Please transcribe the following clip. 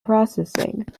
processing